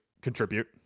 contribute